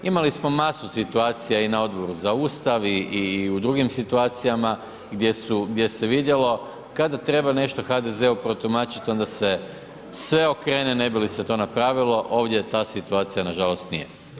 Imali smo masu situacija i na Odboru za Ustav i u drugim situacijama gdje se vidjelo kada treba nešto HDZ-u protumačit onda se sve okrene ne bi li se to napravilo ovdje ta situacija nažalost nije.